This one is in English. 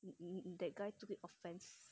hmm hmm hmm that guy tweal offence